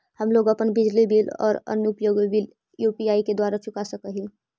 हम लोग अपन बिजली बिल और अन्य उपयोगि बिल यू.पी.आई द्वारा चुका सक ही